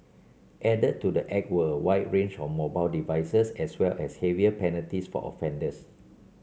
added to the act were a wider range of mobile devices as well as heavier penalties for offenders